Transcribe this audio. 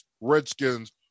Redskins